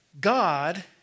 God